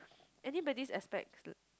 anybody's aspects